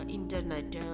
Internet